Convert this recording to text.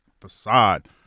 facade